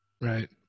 right